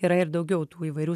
yra ir daugiau tų įvairių